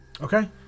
Okay